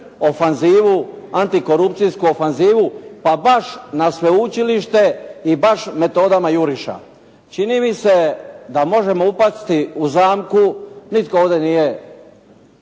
ofanzivu, antikorupcijsku ofanzivu. Pa baš na sveučilište i baš metodama juriša. Čini mi se da možemo upasti u zamku. Nitko ovdje nije,